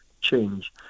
change